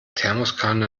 thermoskanne